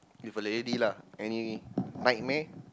with a lady lah any nightmare